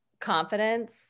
confidence